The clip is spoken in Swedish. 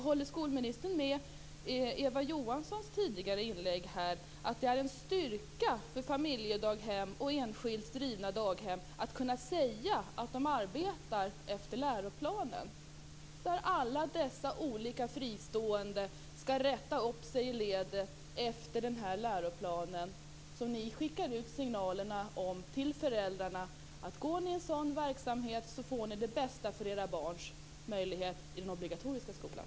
Håller skolministern med om det som Eva Johansson sade i sitt tidigare inlägg, att det är en styrka för familjedaghem och enskilt drivna daghem att kunna säga att de arbetar efter läroplanen? Skall alla fristående alternativ rätta in sig i ledet efter den läroplan som ni skickar ut signaler om till föräldrar som innebär att de, om de väljer en sådan verksamhet, får det bästa för sina barn?